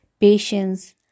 Patience